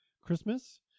Christmas